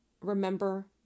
remember